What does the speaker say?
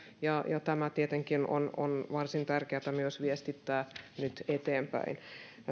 ja tämä tietenkin on on varsin tärkeätä myös viestittää nyt eteenpäin